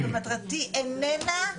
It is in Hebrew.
ומטרתי איננה,